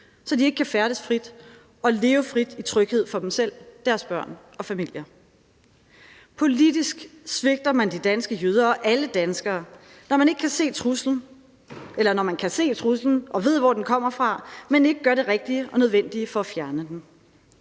så de ikke kan færdes frit og leve frit i tryghed for dem selv, deres børn og familier. Politisk svigter man de danske jøder og alle danskere, når man kan se truslen og ved, hvor den kommer fra, men ikke gør det rigtige og nødvendige for at fjerne den.